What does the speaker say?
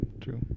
True